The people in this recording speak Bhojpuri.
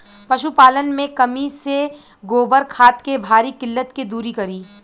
पशुपालन मे कमी से गोबर खाद के भारी किल्लत के दुरी करी?